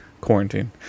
quarantine